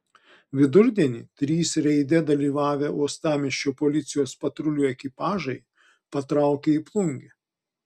vidurdienį trys reide dalyvavę uostamiesčio policijos patrulių ekipažai patraukė į plungę